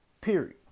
period